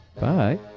Bye